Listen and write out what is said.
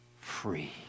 free